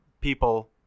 people